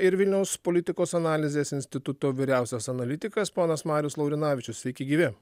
ir vilniaus politikos analizės instituto vyriausias analitikas ponas marius laurinavičius sveiki gyvi